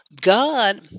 God